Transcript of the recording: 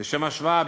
לשם השוואה,